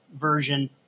version